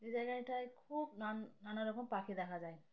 এই জায়গাটায় খুব নান নানা রকম পাখি দেখা যায়